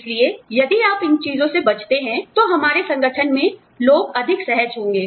इसलिए यदि आप इन चीजों से बचते हैं तो हमारे संगठन में लोग अधिक सहज होंगे